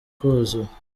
kuzura